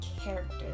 character